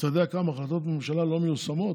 אתה יודע כמה החלטות ממשלה לא מיושמות?